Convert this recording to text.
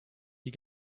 die